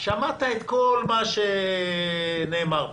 שמעת את כל מה שנאמר פה.